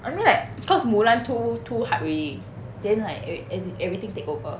I mean like cause mulan too hype already then like ever~ ev~ everything take over